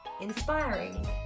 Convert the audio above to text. inspiring